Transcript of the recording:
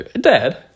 dad